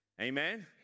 Amen